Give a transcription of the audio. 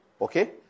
Okay